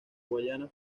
guayana